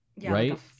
right